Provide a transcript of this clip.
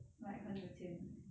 like 很有钱